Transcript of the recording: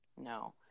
No